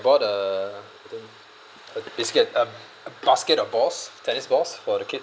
bought a I think a disket um a basket of balls tennis balls for the kids